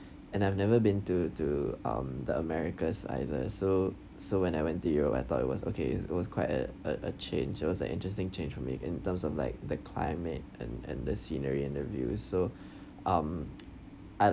and I've never been to to um the americas either so so when I went to europe I thought it was okay it was it was quite a a a change it was an interesting change for me in terms of like the climate and and the scenery and the views so um I